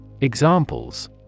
Examples